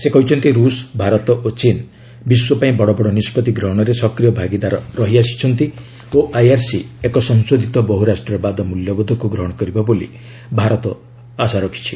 ସେ କହିଛନ୍ତି ରୁଷ ଭାରତ ଓ ଚୀନ୍ ବିଶ୍ୱ ପାଇଁ ବଡ଼ ବଡ଼ ନିଷ୍କଭି ଗ୍ହଣରେ ସକ୍ିୟ ଭାଗିଦାର ରହିଆସିଛନ୍ତି ଓ ଆର୍ଆଇସି ଏକ ସଂଶୋଧିତ ବହୁରାଷ୍କୀୟବାଦ ମୂଲ୍ୟବୋଧକୁ ଗ୍ରହଣ କରିବ ବୋଲି ଭାରତ ଆଶା ରଖିଛି